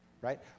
right